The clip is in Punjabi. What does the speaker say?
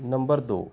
ਨੰਬਰ ਦੋ